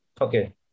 Okay